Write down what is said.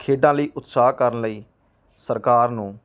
ਖੇਡਾਂ ਲਈ ਉਤਸ਼ਾਹ ਕਰਨ ਲਈ ਸਰਕਾਰ ਨੂੰ